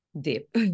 deep